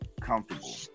comfortable